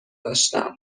داشتم